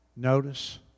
Notice